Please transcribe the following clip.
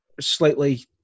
slightly